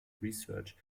research